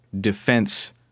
defense